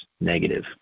negative